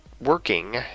working